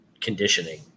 conditioning